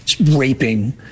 raping